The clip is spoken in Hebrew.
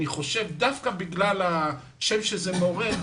דווקא בגלל השם שזה מעורר,